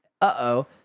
uh-oh